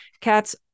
cats